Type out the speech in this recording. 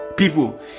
People